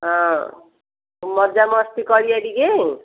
ହଁ ମଜାମସ୍ତି କରିବା ଟିକେ